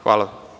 Hvala.